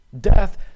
Death